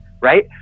right